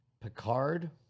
Picard